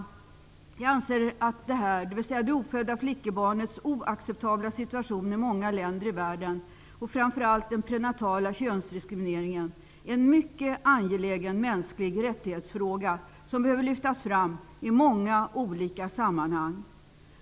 Jag anser att detta, dvs. det ofödda flickebarnets oacceptabla situation i många länder i världen och framför allt den prenatala könsdiskrimineringen, är en mycket angelägen mänsklig-rättighets-fråga, som bör lyftas fram i många olika sammanhang.